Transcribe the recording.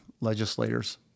legislators